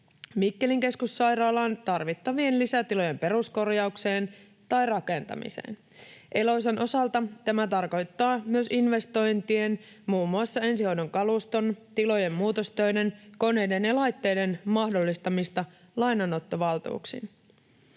Mikkelin keskussairaalaan tarvittavien lisätilojen peruskorjaukseen tai rakentamiseen. Eloisan osalta tämä tarkoittaa myös investointien, muun muassa ensihoidon kaluston, tilojen muutostöiden, koneiden ja laitteiden, mahdollistamista lainanottovaltuuksin."